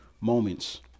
moments